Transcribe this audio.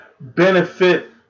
benefit